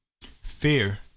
fear